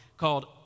called